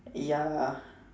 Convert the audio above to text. ya